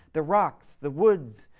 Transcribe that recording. the rocks, the woods,